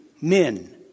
men